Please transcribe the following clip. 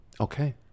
Okay